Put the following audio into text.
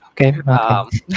Okay